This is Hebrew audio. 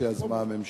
שיזמה הממשלה.